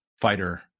fighter